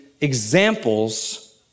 examples